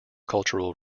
cultural